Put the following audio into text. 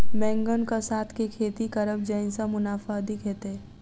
बैंगन कऽ साथ केँ खेती करब जयसँ मुनाफा अधिक हेतइ?